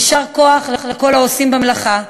יישר כוח לכל העושים במלאכה,